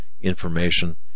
information